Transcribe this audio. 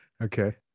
Okay